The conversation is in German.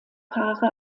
paare